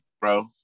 bro